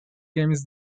games